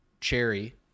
Cherry